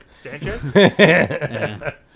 Sanchez